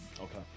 Okay